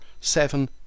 seven